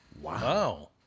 Wow